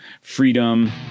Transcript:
freedom